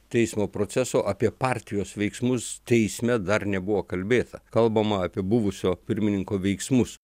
teismo proceso apie partijos veiksmus teisme dar nebuvo kalbėta kalbama apie buvusio pirmininko veiksmus